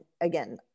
again